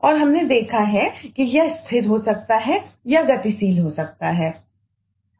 और हमने देखा है कि यह स्थिर हो सकता है या यह गतिशील हो सकता है